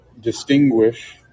distinguish